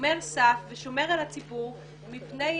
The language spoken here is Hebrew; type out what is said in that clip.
שומר סף ושומר על הציבור מפני,